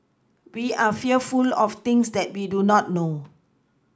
we are fearful of things that we do not know